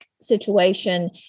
situation